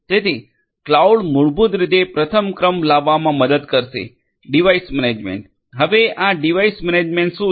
તેથી ક્લાઉડ મૂળભૂત રીતે પ્રથમ ક્રમ લાવવામાં મદદ કરશે ડિવાઇસ મેનેજમેન્ટ હવે આ ડિવાઇસ મેનેજમેન્ટ શું છે